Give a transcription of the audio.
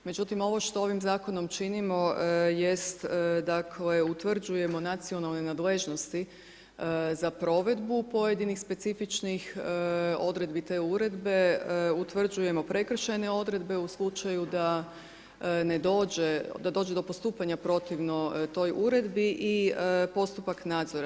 Međutim, ovo što ovim zakonom činimo jest dakle utvrđujemo nacionalne nadležnosti za provedbu pojedinih specifičnih odredbi te uredbe, utvrđujemo prekršajne odredbe u slučaju da ne dože, da dođe do postupanja protivno toj uredbi i postupak nadzora.